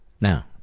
Now